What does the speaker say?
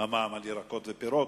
מע"מ על ירקות ופירות.